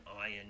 iron